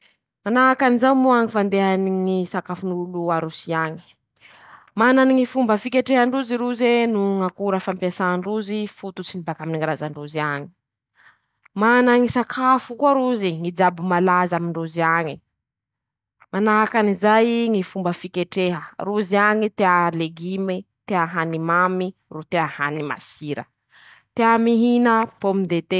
Manahaky anizao moa ñy fandehany ñy sakafon'olo a Rosia añy: -Manany ñy fomba fiketrehan-drozy roze noho ñ'akora fampiasan-drozy ,fototsiny bakaminy ñy razan-drozy añy; mana ñy sakafo koa rozy ,ñy jabo malaza amin-drozy añe ;manahaky anizay ñy fomba fiketreha ,rozy añy tea legime ,tea hany mamy ro tea hany masira ;tea mihina pomme de terra.